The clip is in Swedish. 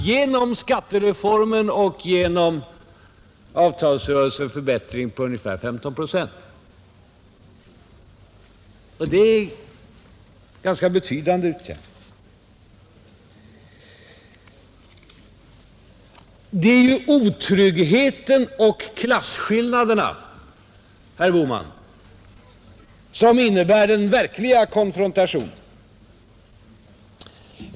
Genom skattereformen och genom avtalsrörelsen får han alltså sammanlagt en förbättring på ungefär 15 procent, Det är i och för sig ganska betydande. Det är otryggheten och klasskillnaderna, herr Bohman, som innebär den verkliga konfrontationen.